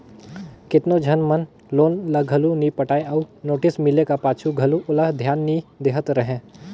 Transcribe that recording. केतनो झन मन लोन ल घलो नी पटाय अउ नोटिस मिले का पाछू घलो ओला धियान नी देहत रहें